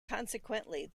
consequently